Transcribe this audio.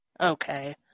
Okay